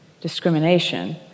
discrimination